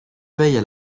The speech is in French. veillent